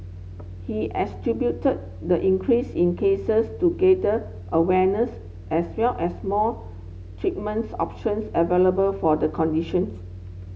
he attributed the increase in cases to greater awareness as well as more treatments options available for the conditions